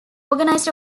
organised